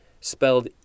spelled